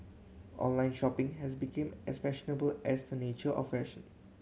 online shopping has become as fashionable as the nature of fashion